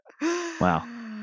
Wow